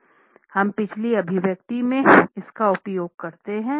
हम पिछली अभिव्यक्ति में इसका उपयोग करते हैं